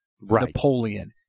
Napoleon